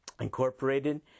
Incorporated